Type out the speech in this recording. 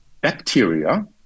bacteria